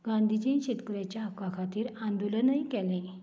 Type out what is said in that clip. गांधीजीन शेतकरीच्या हक्का खातीर आंदोलनय केले